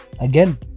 Again